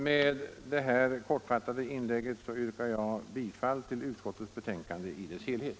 Med det här kortfattade inlägget yrkar jag bifall till utskottets hemställan i dess helhet.